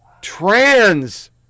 trans